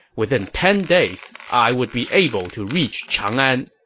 within ten days, i would be able to reach changan.